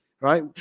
right